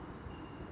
mmhmm